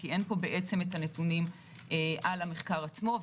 כי אין פה הנתונים על המחקר עצמו.